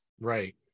Right